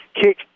kick